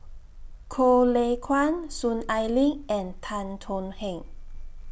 Goh Lay Kuan Soon Ai Ling and Tan Thuan Heng